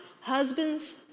husbands